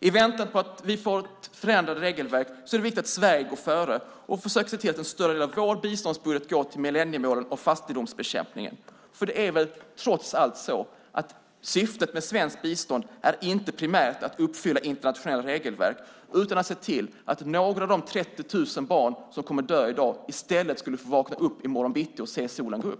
I väntan på att vi fått förändrade regelverk är det viktigt att Sverige går före och försöker se till att en större del av vår biståndsbudget går till millenniemålen och fattigdomsbekämpningen. För det är väl trots allt så att syftet med svenskt bistånd inte primärt är att uppfylla internationella regelverk utan att se till att några av de 30 000 barn som kommer att dö i dag i stället får vakna i morgon bitti och se solen gå upp.